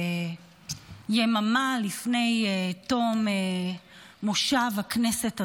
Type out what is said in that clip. יממה לפני תום מושב הכנסת הזה,